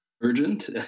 urgent